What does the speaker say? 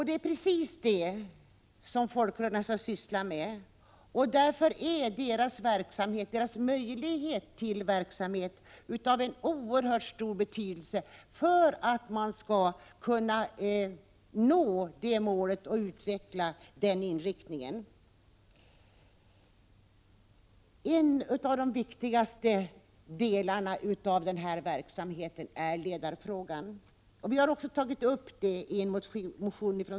Det är precis det som folkrörelserna skall syssla med, och därför är deras möjlighet att bedriva verksamhet av oerhört stor betydelse för att detta mål skall kunna nås och denna inriktning utvecklas. En av de viktigaste delarna i denna verksamhet är ledarfrågan, som centerpartiet har tagit upp i en motion.